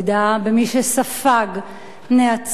במי שספג נאצות,